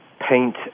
paint